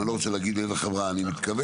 אני לא רוצה להגיד לאיזו חברה אני מתכוון.